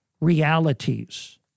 realities